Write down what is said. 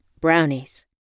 brownies